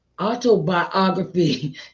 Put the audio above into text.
autobiography